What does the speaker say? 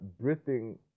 breathing